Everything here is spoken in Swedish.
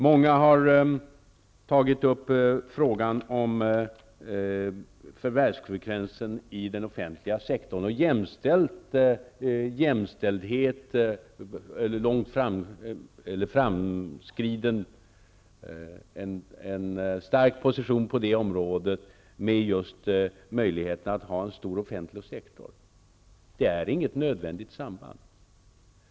Många har tagit upp förvärvsfrekvensen inom den offentliga sektorn och jämställt en stark position på det området med möjligheten att ha en stor offentlig sektor. Det finns ingen nödvändigt samband däremellan.